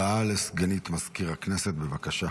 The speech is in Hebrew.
הודעה לסגנית מזכיר הכנסת, בבקשה.